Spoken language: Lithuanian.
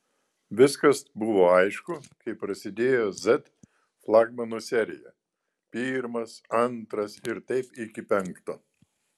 viskas buvo aišku kai prasidėjo z flagmanų serija pirmas antras ir taip iki penkto